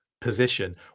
position